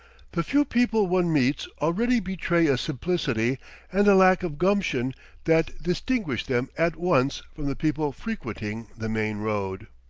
the few people one meets already betray a simplicity and a lack of gumption that distinguish them at once from the people frequenting the main road.